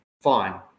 Fine